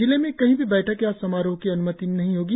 जिले में कही भी बैठक या समारोह की अनुमति नही होगी